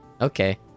Okay